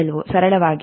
54 ಆಗಿರುತ್ತದೆ